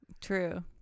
True